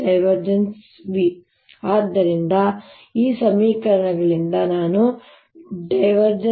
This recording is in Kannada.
V ಆದ್ದರಿಂದ ಈ ಸಮೀಕರಣಗಳಿಂದ ನಾವು ▽